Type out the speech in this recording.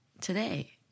today